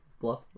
Bluff